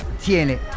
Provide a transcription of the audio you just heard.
Tiene